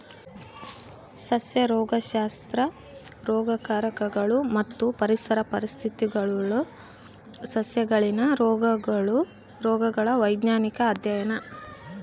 ಸಸ್ಯ ರೋಗಶಾಸ್ತ್ರ ರೋಗಕಾರಕಗಳು ಮತ್ತು ಪರಿಸರ ಪರಿಸ್ಥಿತಿಗುಳು ಸಸ್ಯಗಳಲ್ಲಿನ ರೋಗಗಳ ವೈಜ್ಞಾನಿಕ ಅಧ್ಯಯನ